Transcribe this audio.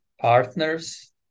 partners